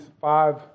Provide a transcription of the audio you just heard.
five